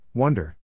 Wonder